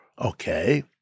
Okay